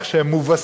איך שהם מובסים.